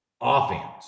offense